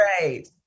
right